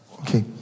Okay